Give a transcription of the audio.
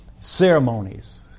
Ceremonies